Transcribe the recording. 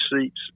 seats